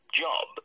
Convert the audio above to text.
job